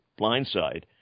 Blindside